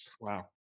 Wow